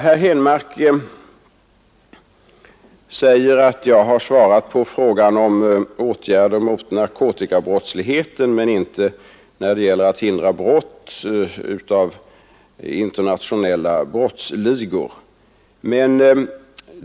Herr Henmark säger att jag svarat på frågan om åtgärder mot narkotikabrottsligheten men inte omtalat hur vi skall hindra brott som utövas av internationella brottsligor.